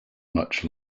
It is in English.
much